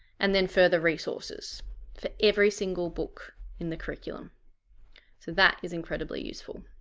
and then further resources for every single book in the curriculum, so that is incredibly useful.